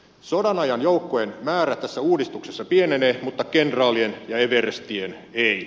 sodan ajan joukkojen määrä tässä uudistuksessa pienenee mutta kenraalien ja everstien ei